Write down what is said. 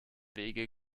wege